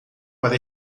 para